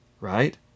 right